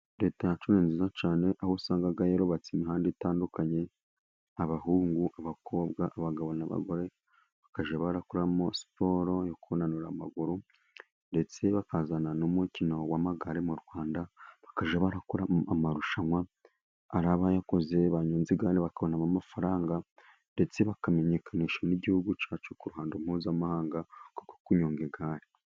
Leta yacu ni nziza cyane, aho usanga yarubatse imihanda itandukanye. Abahungu , abakobwa, abagabo n'abagore bakajya gukoramo siporo yo kunanura amaguru. Ndetse bakazana n'umukino w'amagare mu Rwanda bakajya barakora amarushanwa. Ari abayakoze banyonze igare kandi bakabona amafaranga ndetse bakamenyekanisha n'igihugu cyacu ku ruhando mpuzamahanga rwo kunyonga igare.